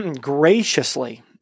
graciously